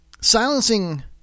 silencing